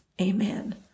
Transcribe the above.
Amen